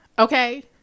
Okay